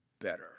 better